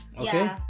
okay